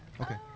okay